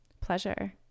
pleasure